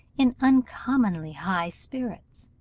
in uncommonly high spirits,